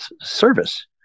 service